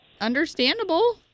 Understandable